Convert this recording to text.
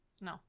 No